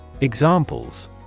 Examples